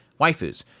waifus